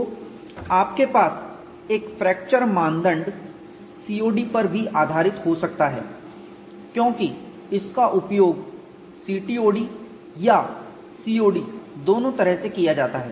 तो आपके पास एक फ्रैक्चर मानदंड COD पर आधारित भी हो सकता हैं क्योंकि इसका उपयोग CTOD या COD दोनों तरह से किया जाता है